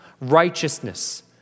righteousness